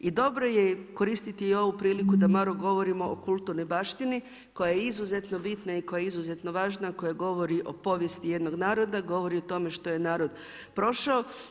I dobro je koristiti i ovu priliku da malo govorimo o kulturnoj baštini koja je izuzetno bitna i koja je izuzetno važna, koja govori o povijesti jednog naroda, govori o tome što je narod prošao.